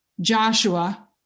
Joshua